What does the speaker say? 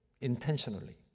intentionally